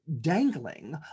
dangling